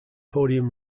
podium